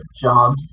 jobs